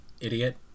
idiot